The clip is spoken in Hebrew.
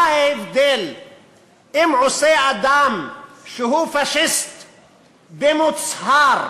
מה ההבדל אם עושה את זה אדם שהוא פאשיסט במוצהר,